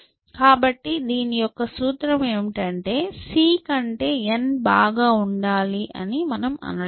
కాబట్టి దీని యొక్క సూత్రం ఏమిటంటే c కంటే n బాగా ఉండాలి అని మనం అనడం లేదు